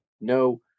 no